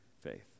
faith